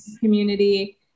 community